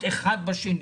אחד בשני,